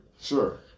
Sure